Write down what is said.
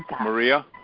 Maria